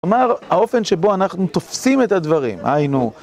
כלומר, האופן שבו אנחנו תופסים את הדברים, הינו...